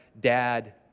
dad